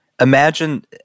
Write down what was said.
imagine